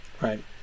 Right